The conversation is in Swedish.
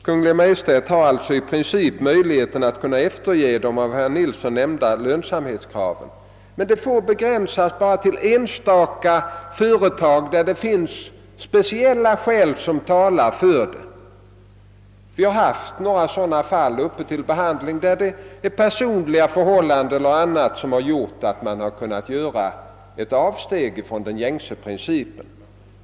Kungl. Maj:t har alltså i princip möjlighet att släppa de av herr Nilsson nämnda lönsamhetskraven. Men denna möjlighet måste begränsas enbart till enstaka företag när det finns speciella skäl. Vi har haft några sådan fall uppe till behandling, där personliga förhållanden och annat bidragit till att man kunnat göra ett avsteg från gängse princip.